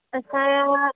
असांजा